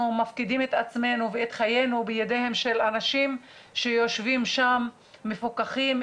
מפקידים את עצמנו ואת חיינו בידיהם של אנשים שיושבים שם מפוקחים,